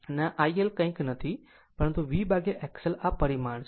આ IL કંઈ નથી પરંતુ VXL આ પરિમાણ છે